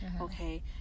okay